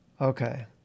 Okay